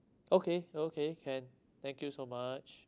okay okay can thank you so much